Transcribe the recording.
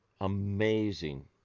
amazing